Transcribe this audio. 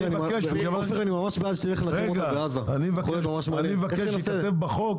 אני מבקש שייכתב בחוק